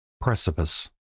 precipice